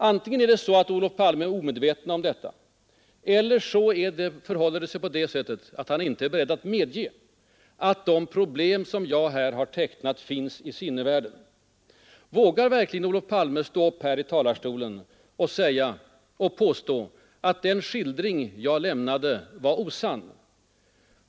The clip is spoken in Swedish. Antingen är Olof Palme omedveten om detta eller också förhåller det sig så att han inte är beredd att medge att de problem som jag har tecknat finns i sinnevärlden. Vågar verkligen Olof Palme stå upp här i talarstolen och påstå att den skildring som jag lämnade var osann?